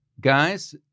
Guys